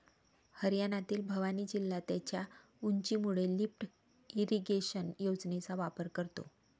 हरियाणातील भिवानी जिल्हा त्याच्या उंचीमुळे लिफ्ट इरिगेशन योजनेचा वापर करतो